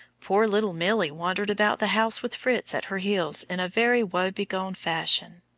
poor little milly wandered about the house with fritz at her heels in a very woe-begone fashion.